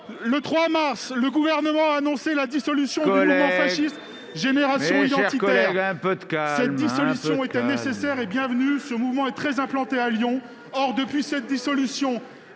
dernier, le Gouvernement a annoncé la dissolution du mouvement fasciste Génération identitaire. Cette décision était nécessaire et bienvenue. Ce mouvement est très implanté à Lyon. Dans cette ville, depuis cette dissolution,